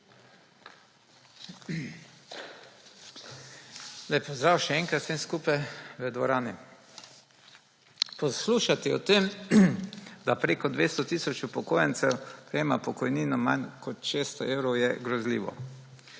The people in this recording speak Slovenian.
Lep pozdrav še enkrat vsem v dvorani! Poslušati o tem, da preko 200 tisoč upokojencev prejema pokojnino manj kot 600 evrov, je grozljivo.